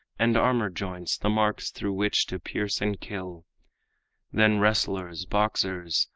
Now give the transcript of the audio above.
and armor-joints the marks through which to pierce and kill then wrestlers, boxers,